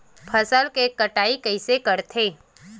फसल के कटाई कइसे करथे?